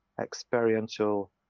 experiential